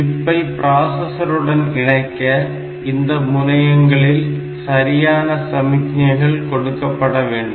சிப்பை பிராசஸருடன் இணைக்க இந்த முனையங்களில் சரியான சமிக்ஞைகள் கொடுக்கப்பட வேண்டும்